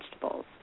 vegetables